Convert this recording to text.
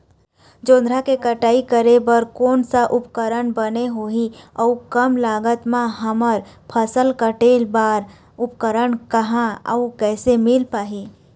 जोंधरा के कटाई करें बर कोन सा उपकरण बने होही अऊ कम लागत मा हमर फसल कटेल बार उपकरण कहा अउ कैसे मील पाही?